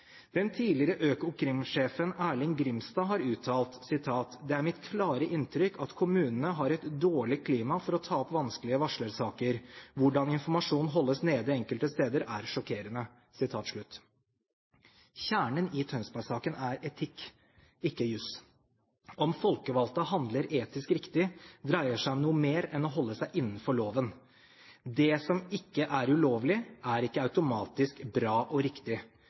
Den tidligere Økokrim-sjefen Erling Grimstad har uttalt at det er hans klare inntrykk at kommunene har et dårlig klima for å ta opp vanskelige varslersaker. Dessuten har han sagt: «Hvordan informasjon holdes nede enkelte steder, er sjokkerende.» Kjernen i Tønsberg-saken er etikk, ikke jus. Om folkevalgte handler etisk riktig, dreier seg om noe mer enn om å holde seg innenfor loven. Det som ikke er ulovlig, er ikke automatisk bra og riktig.